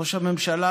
ראש הממשלה,